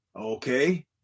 okay